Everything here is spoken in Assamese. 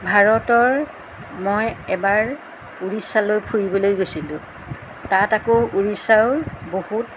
ভাৰতৰ মই এবাৰ উৰিষ্যালৈ ফুৰিবলৈ গৈছিলোঁ তাত আকৌ উৰিষ্যৰ বহুত